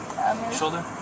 Shoulder